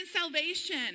salvation